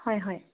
হয় হয়